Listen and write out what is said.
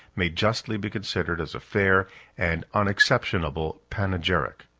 may justly be considered as a fair and unexceptional panegyric.